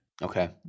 Okay